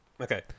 Okay